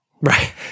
Right